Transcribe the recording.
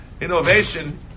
Innovation